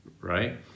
right